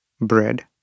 Bread